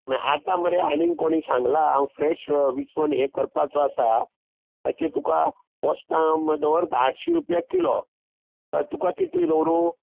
मागीर आतां मरे आनी कोणी सांगलां हांव फ्रेश विसवण हें करपाचो आसा ताची तुका पोस्तां दवरता आठशी रुपया किलो तुका कितलीं दवरूं